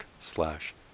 slash